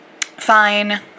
fine